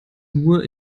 nur